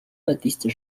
baptiste